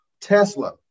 Tesla